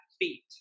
feet